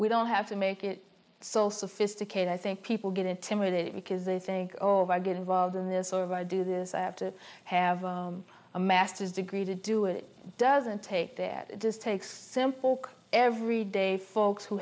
we don't have to make it so sophisticated i think people get intimidated because they think oh if i get involved in this sort of i do this i have to have a master's degree to do it it doesn't take that it just takes some folk every day folks who